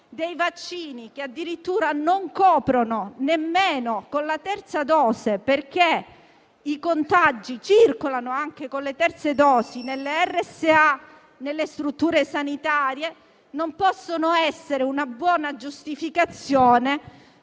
Vaccini che addirittura non offrono copertura nemmeno con la terza dose - i contagi circolano anche con le terze dosi nelle RSA e nelle strutture sanitarie - non possono essere una buona giustificazione